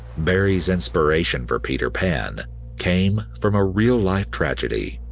barrie's inspiration for peter pan came from a real life tragedy.